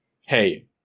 hey